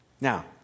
Now